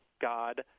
God